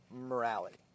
morality